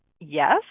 Yes